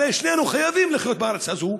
הרי שנינו חייבים לחיות בארץ הזאת,